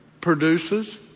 produces